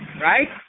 Right